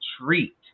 treat